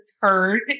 heard